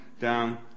down